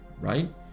right